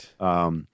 Right